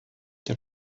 der